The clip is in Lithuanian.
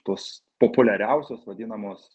tos populiariausios vadinamos